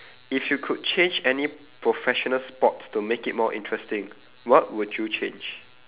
if you could change any professional sports to make it more interesting what would you change